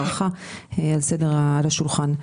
זה על השולחן.